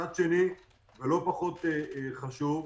צעד שני, לא פחות חשוב,